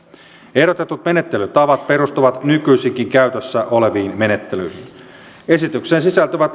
ehdotetut menettelytavat perustuvat nykyisinkin käytössä oleviin menettelyihin esitykseen sisältyvien